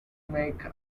make